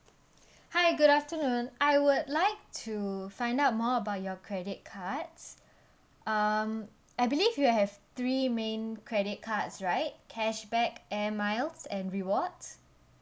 hi good afternoon I would like to find out more about your credit cards um I believe you have three main credit cards right cashback air miles and rewards